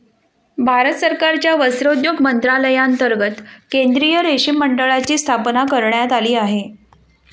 भारत सरकारच्या वस्त्रोद्योग मंत्रालयांतर्गत केंद्रीय रेशीम मंडळाची स्थापना करण्यात आली आहे